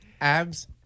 abs